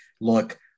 look